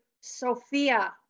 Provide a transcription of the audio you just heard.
Sophia